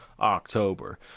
October